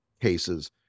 cases